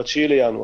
ב-9 בינואר.